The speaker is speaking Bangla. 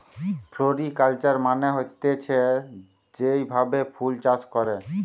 ফ্লোরিকালচার মানে হতিছে যেই ভাবে ফুল চাষ করে